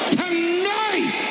tonight